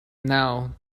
now